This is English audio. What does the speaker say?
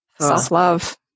Self-love